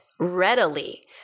readily